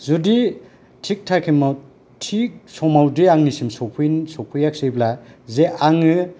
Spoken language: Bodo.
जुदि थिग टाइम आव थिग समावदि आंनिसिम सौफैयाखिसैब्ला जे आङो